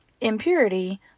impurity